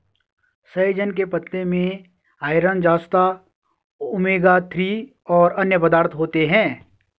सहजन के पत्ते में आयरन, जस्ता, ओमेगा थ्री और अन्य पदार्थ होते है